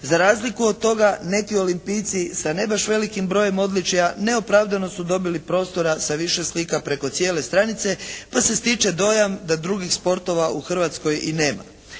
Za razliku od toga neki olimpijci sa ne baš velikim brojem odličja neopravdano su dobili prostora sa više slike preko cijele stranice pa se stiče dojam da drugih sportova u Hrvatskoj i nema,